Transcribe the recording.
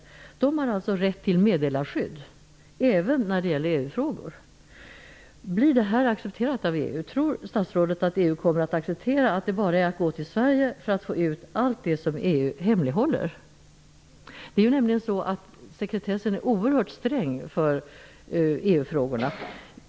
Dessa tjänstemän har alltså rätt till meddelarskydd även när det gäller EG Tror statsrådet att EU kommer att acceptera att det bara är att vända sig till Sverige för att få ut allt det som EU hemlighåller? Sekretessen för EU frågorna är nämligen oerhört sträng.